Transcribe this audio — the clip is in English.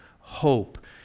hope